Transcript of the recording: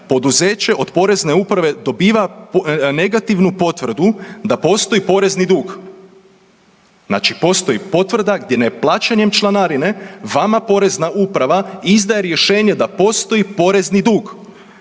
poduzeće od Porezne uprave dobiva negativnu potvrdu da postoji porezni dug. Znači postoji potvrda gdje neplaćanjem članarine vama Porezna uprava izdaje rješenje da postoji porezni dug.